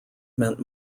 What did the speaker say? meant